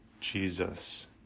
Jesus